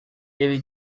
ele